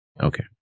Okay